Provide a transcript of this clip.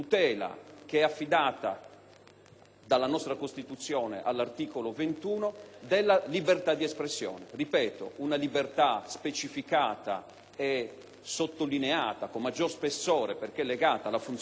dalla nostra Costituzione all'articolo 21, della libertà di espressione. Ripeto: una libertà specificata e sottolineata con maggiore spessore perché legata alla funzione parlamentare, ma sempre